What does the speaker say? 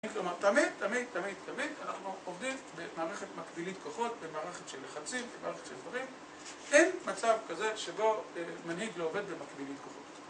כלומר, תמיד, תמיד, תמיד, תמיד, אנחנו עובדים במערכת מקבילית כוחות, במערכת של לחצים, במערכת של דברים. אין מצב כזה שבו מנהיג לא עובד במקבילית כוחות